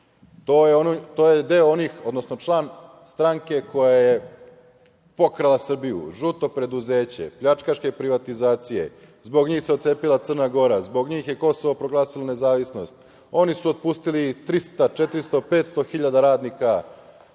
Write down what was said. Čomić, to je član stranke koja je pokrala Srbiju, „žuto preduzeće“, pljačkaške privatizacije, zbog njih se otcepila Crna Gora, zbog njih je Kosovo proglasila nezavisnost. Oni su otpustili 300.000, 400.000, 500.000 radnika,